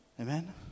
Amen